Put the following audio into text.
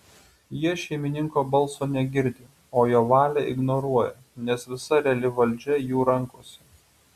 jie šeimininko balso negirdi o jo valią ignoruoja nes visa reali valdžia jų rankose